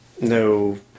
no